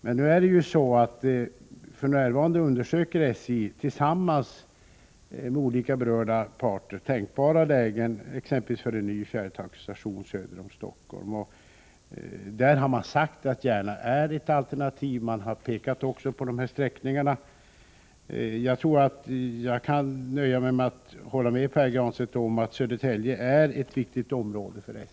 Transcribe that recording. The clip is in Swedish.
Men nu är det ju så att SJ för närvarande tillsammans med olika berörda parter undersöker tänkbara lägen för exempelvis en ny fjärrtågsstation söder om Stockholm. Då har man sagt att Järna är ett alternativ och även pekat på de här sträckningarna. Jag kan hålla med Pär Granstedt om att Södertälje är ett viktigt område för SJ.